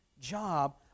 job